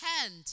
hand